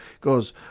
goes